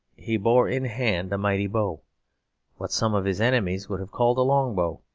he bore in hand a mighty bow what some of his enemies would have called a long bow.